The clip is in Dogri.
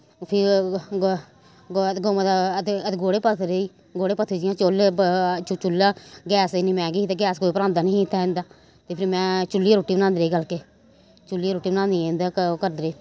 फिर ग ग'वें गउएं दे है ते है ते गोह्टे पत्थदी रेही गोह्टे पत्थे जि'यां चुल्ल चुल्ल गैस इन्नी मैंह्गी ही ते गैस कोई भरांदा निं ही इत्थै इं'दै ते फिरी में चुल्ली गै रुट्टी बनांदी रेही बल्कि चुल्ली रुट्टी बनानी इं'दे ओह् करदी रेही